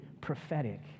prophetic